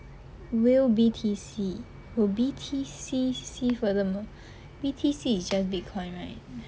whale B_T_C will B_T_C see furthermore B_T_C is just bitcoin right